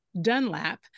Dunlap